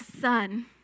son